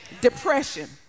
depression